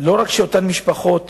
לא רק שאותן משפחות